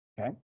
Okay